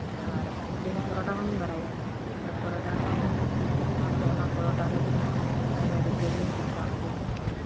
ᱟᱨ ᱢᱤᱫᱴᱮᱱ ᱯᱚᱨᱚᱴᱟ ᱦᱚᱧ ᱵᱟᱲᱟᱭᱟᱹᱧ ᱚᱱᱟ ᱯᱚᱨᱚᱴᱟ ᱦᱚᱧ ᱪᱮᱫ ᱠᱟᱫᱟᱹᱧ ᱛᱚ ᱛᱚ ᱚᱱᱟ ᱯᱚᱨᱚᱴᱟ ᱦᱚᱸ ᱟᱭᱢᱟ ᱜᱤᱫᱽᱨᱟᱹ ᱜᱮᱧ ᱪᱮᱫ ᱠᱟᱜ ᱠᱚᱣᱟ